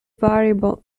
variable